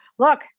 look